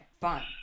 fine